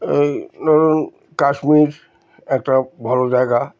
এই ধরুন কাশ্মীর একটা ভালো জায়গা